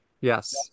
yes